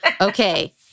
Okay